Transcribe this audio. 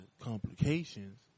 complications